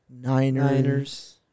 Niners